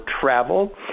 travel